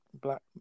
black